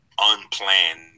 unplanned